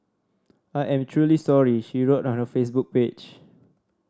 I am truly sorry she wrote on her Facebook page